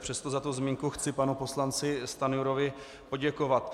Přesto za tu zmínku chci panu poslanci Stanjurovi poděkovat.